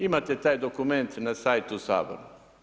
Imate taj dokument na sajtu u Saboru.